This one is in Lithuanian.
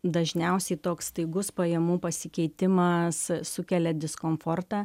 dažniausiai toks staigus pajamų pasikeitimas sukelia diskomfortą